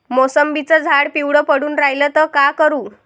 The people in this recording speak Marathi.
मोसंबीचं झाड पिवळं पडून रायलं त का करू?